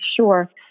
sure